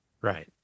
Right